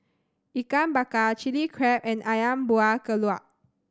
Ikan Bakar Chili Crab and Ayam Buah Keluak